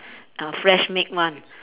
uh fresh made one